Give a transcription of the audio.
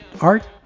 art